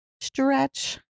stretch